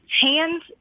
Hands